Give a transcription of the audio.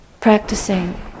practicing